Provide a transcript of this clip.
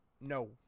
No